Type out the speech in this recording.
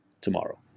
tomorrow